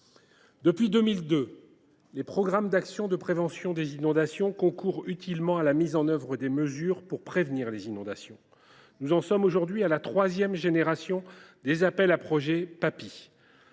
Depuis 2002, les programmes d’actions de prévention des inondations (Papi) concourent utilement à la mise en œuvre de mesures pour prévenir les inondations. Nous en sommes aujourd’hui à la troisième génération des appels à projets Papi.